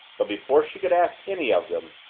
but before she could ask any of them,